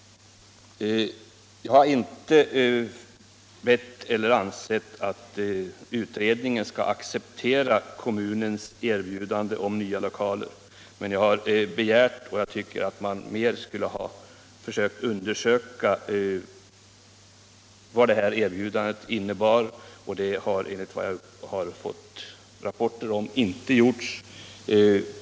Jag har inte ansett att utredningen skall acceptera kommunens erbjudande om nya lokaler, men jag har begärt att man skulle undersöka vad erbjudandet innebar; det tycker jag att man skulle ha försökt mera än man har gjort. Enligt vad jag har fått rapporter om har det inte skett.